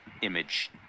image